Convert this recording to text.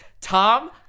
Tom